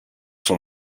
son